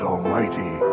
Almighty